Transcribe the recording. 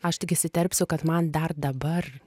aš tik isiterpsiu kad man dar dabar